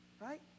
Right